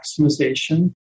maximization